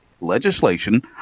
legislation